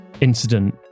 incident